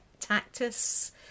Tactus